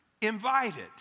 invited